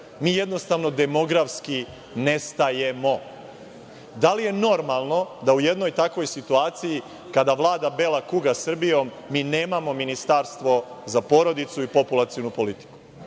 Jednostavno demografski nestajemo. Da li je normalno da u jednoj takvoj situaciji, kada vlada bela kuga Srbijom, mi nemamo ministarstvo za porodicu i populacionu politiku?